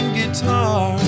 guitar